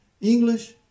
English